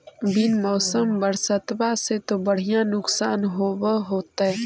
बिन मौसम बरसतबा से तो बढ़िया नुक्सान होब होतै?